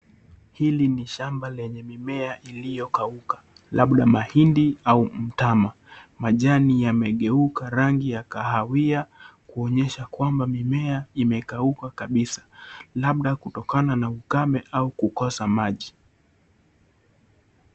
Hili ni shamba lenye mimea iliyokauka, labda mahindi au mutama. Majani yamegeuka rangi ya kahawia kuonyesha kwamba mimea imekauka kabisa labda kutokana na ukame au kukosa maji.